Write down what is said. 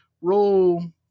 Roll